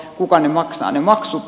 kuka maksaa ne maksut